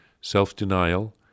self-denial